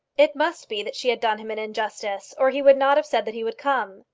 it must be that she had done him an injustice, or he would not have said that he would come.